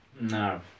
No